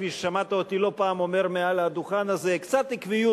כפי ששמעת אותי לא פעם אומר מעל לדוכן הזה קצת עקביות